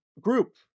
group